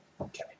Okay